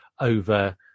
over